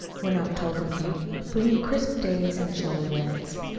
when october came, bringing crisp days and chilly winds.